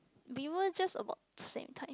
we were just about same time